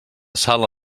sala